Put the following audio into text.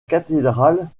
cathédrale